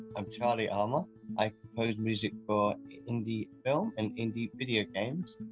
i'm charlie armour. i compose music for indie films and indie video games.